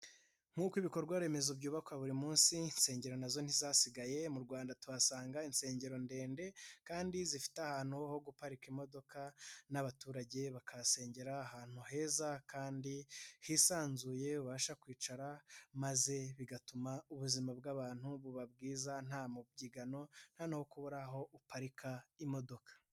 Nkuko ibikorwa remezo byubaka buri munsi, insengero na zo ntizasigaye, mu Rwanda tuhasanga insengero ndende kandi zifite ahantu ho guparika imodoka n'abaturage bakahasengera, ahantu heza kandi hisanzuye ubasha kwicara maze bigatuma ubuzima bw'abantu buba bwiza nta mubyigano nta no kubura aho uparika imodoka.